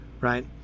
Right